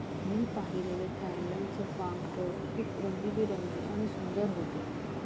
मी पाहिलेले थायलंडचे farm truck खूप रंगीबेरंगी आणि सुंदर होते